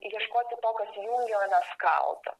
ieškoti to kas jungia o ne skaldo